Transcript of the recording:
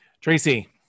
Tracy